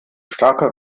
starker